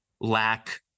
lack